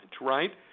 right